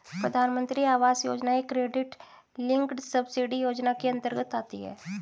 प्रधानमंत्री आवास योजना एक क्रेडिट लिंक्ड सब्सिडी योजना के अंतर्गत आती है